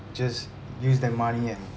just use that money and